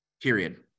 period